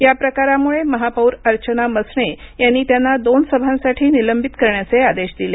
या प्रकारामुळे महापौर अर्चना मसणे यांनी त्यांना दोन सभांसाठी निलंबित करण्याचे आदेश दिले